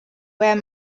where